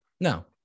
No